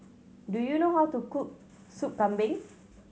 do you know how to cook Sup Kambing